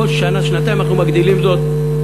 כל שנה-שנתיים אנחנו מגדילים זאת,